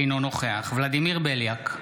אינו נוכח ולדימיר בליאק,